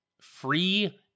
free